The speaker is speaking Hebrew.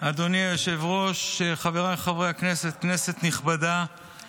נעבור לנושא הבא על סדר-היום: